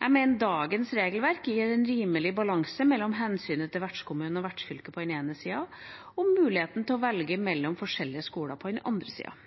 Jeg mener dagens regelverk gir en rimelig balanse mellom hensynet til vertskommunene og vertsfylket på den ene siden og muligheten til å velge mellom forskjellige skoler på den andre siden.